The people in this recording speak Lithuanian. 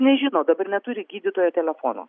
nežino dabar neturi gydytojo telefono